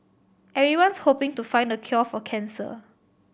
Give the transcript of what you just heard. everyone's hoping to find the cure for cancer